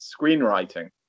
screenwriting